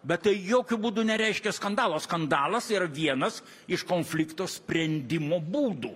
bet tai jokiu būdu nereiškia skandalo skandalas yra vienas iš konflikto sprendimo būdų